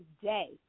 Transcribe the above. today